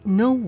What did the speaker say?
no